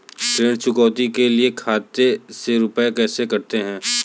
ऋण चुकौती के लिए खाते से रुपये कैसे कटते हैं?